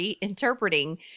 interpreting